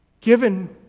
given